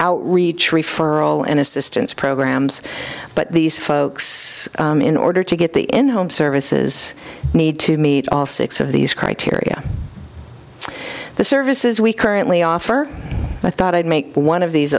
outreach referral and assistance programs but these folks in order to get the in home services need to meet all six of these criteria the services we currently offer i thought i'd make one of these